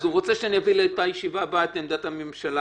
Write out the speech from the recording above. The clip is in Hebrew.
אז הוא רוצה שאני אביא לישיבה הבאה את עמדת הממשלה.